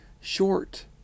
short